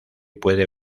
puede